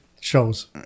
shows